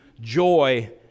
joy